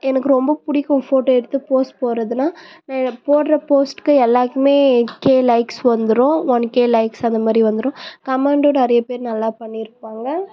எனக்கு ரொம்ப பிடிக்கும் ஃபோட்டோ எடுத்து போஸ்ட் போடுறதுன்னா நான் என்னோட போடுகிற போஸ்ட்டுக்கு எல்லாருக்குமே கே லைக்ஸ் வந்துரும் ஒன் கே லைக்ஸ் அந்தமாதிரி வந்துரும் கமெண்ட்டும் நிறையா பேர் நல்லா பண்ணி இருப்பாங்க